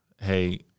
hey